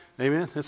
Amen